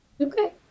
Okay